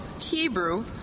Hebrew